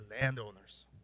landowners